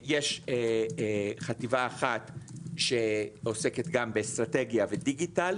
יש חטיבה אחת שעוסקת גם באסטרטגיה ודיגיטל.